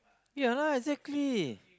ya exactly